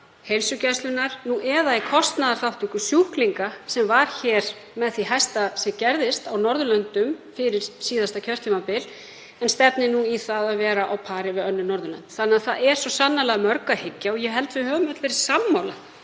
heilsugæslunnar, nú eða í kostnaðarþátttöku sjúklinga, sem var hér með því hæsta sem gerist á Norðurlöndum fyrir síðasta kjörtímabil en stefnir í það að vera á pari við önnur Norðurlönd. Þannig að það er svo sannarlega að mörgu að hyggja og ég held við höfum öll verið sammála